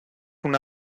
una